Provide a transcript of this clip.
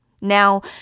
Now